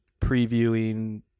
previewing